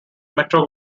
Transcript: metro